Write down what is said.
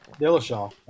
Dillashaw